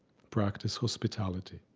practice hospitality.